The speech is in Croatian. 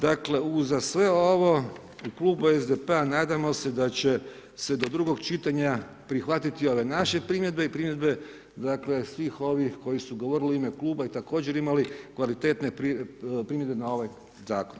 Dakle, uz sve ovo u Klubu SDP-a, nadamo se da će se do drugog čitanja prihvatiti ove naše primjedbe i primjedbe, svih ovih koji su govorili u ime kluba i također imali kvalitetne primjedbe na ovaj zakon.